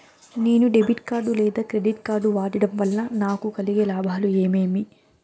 నేను debit card లేదా credit card వాడడం వల్ల నాకు కలిగే లాభాలు ఏమేమీ?